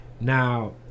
Now